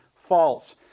false